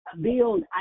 build